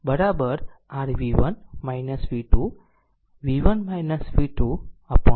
આમ i4 r v1 v2 v1 v2 upon 6 છે